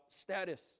status